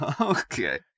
Okay